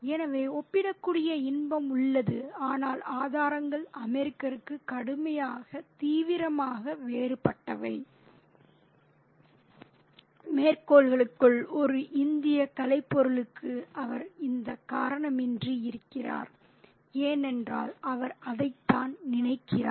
எனவே ஒப்பிடக்கூடிய இன்பம் உள்ளது ஆனால் ஆதாரங்கள் அமெரிக்கருக்கு கடுமையாக தீவிரமாக வேறுபட்டவை மேற்கோள்களுக்குள் ஒரு இந்திய கலைப் பொருளுக்கு அவர் இந்த காரணமின்றி இருக்கிறார் ஏனென்றால் அவர் அதைதான் நினைக்கிறார்